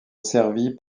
servie